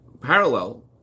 parallel